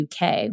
UK